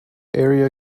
area